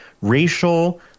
racial